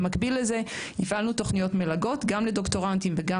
במקביל לזה הפעלנו תוכניות מלגות גם לדוקטורנטים וגם